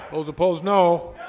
those opposed no